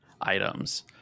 items